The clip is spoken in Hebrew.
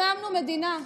הקמנו מדינה.